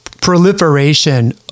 proliferation